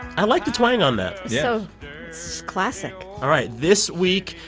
i like the twang on that yeah it's classic all right. this week,